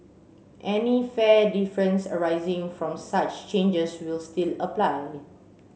any fare difference arising from such changes will still apply